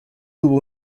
tuvo